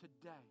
Today